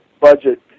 budget